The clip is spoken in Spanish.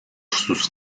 sus